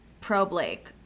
pro-Blake